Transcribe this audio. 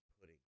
pudding